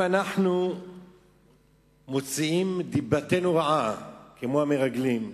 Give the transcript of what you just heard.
אם אנחנו מוציאים דיבתנו רעה, כמו המרגלים,